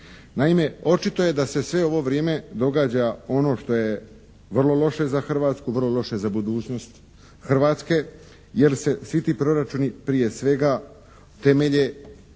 Naime, očito je da se sve ovo vrijeme događa ono što je vrlo loše za Hrvatsku, vrlo loše za budućnost Hrvatske jer se svi ti proračuni prije svega temelje